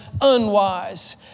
unwise